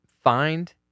find